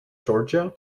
georgia